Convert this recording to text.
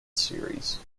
series